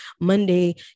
Monday